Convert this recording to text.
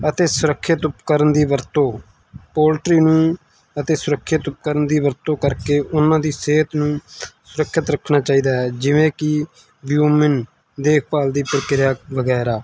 ਅਤੇ ਸੁਰੱਖਿਅਤ ਉਪਕਰਨ ਦੀ ਵਰਤੋਂ ਪੋਲਟਰੀ ਨੂੰ ਅਤੇ ਸੁਰੱਖਿਅਤ ਉਪਕਰਨ ਦੀ ਵਰਤੋਂ ਕਰਕੇ ਉਹਨਾਂ ਦੀ ਸਿਹਤ ਨੂੰ ਸੁਰੱਖਿਅਤ ਰੱਖਣਾ ਚਾਹੀਦਾ ਹੈ ਜਿਵੇਂ ਕਿ ਵਿਊਮਨ ਦੇਖਭਾਲ ਦੀ ਪ੍ਰਕਿਰਿਆ ਵਗੈਰਾ